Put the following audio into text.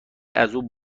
ازاو